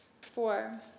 Four